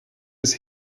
ist